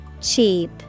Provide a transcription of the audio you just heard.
Cheap